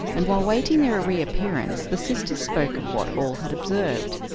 and while waiting their reappearance the sisters spoke of what all had observed.